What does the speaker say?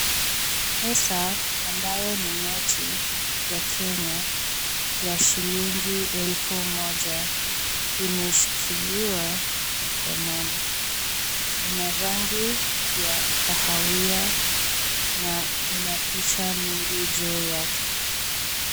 Pesa ambayo ni noti ya Kenya ya shilingi elfu moja imeshikiliwa mkononi. Ina rangi ya kahawia na ina picha mingi juu yake.